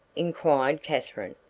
inquired katherine.